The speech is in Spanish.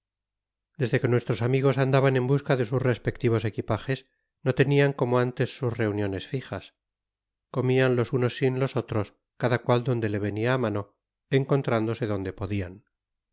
desde que nuestros amigos andaban en busca de sus respectivos equipajes no tenian como antes sus reuniones fijas comian los unos sin los oiros cada cual donde le venia á mano encontrándose donde podian